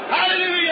Hallelujah